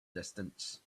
distance